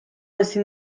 ezin